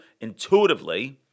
intuitively